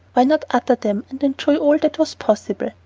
why not utter them, and enjoy all that was possible?